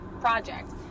project